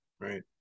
Right